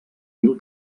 mil